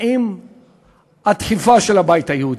עם הדחיפה של הבית היהודי.